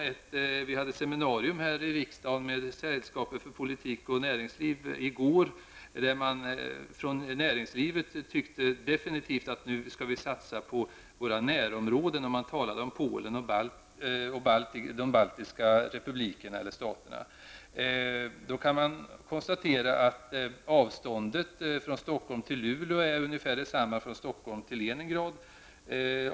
Vi hade ett seminarium här i riksdagen i går med Sällskapet Näringsliv och politik. Från näringslivet tyckte man att vi absolut skall satsa på våra närområden. Man talade om de baltiska republikerna och Polen. Vi kan konstatera att avståndet från Stockholm till Luleå är ungefär detsamma som från Stockholm till Leningrad.